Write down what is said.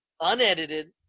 Unedited